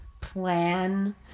plan